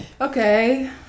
okay